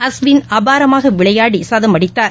அஸ்வின் அபாரமாகவிளையாடிசதம் அடித்தார்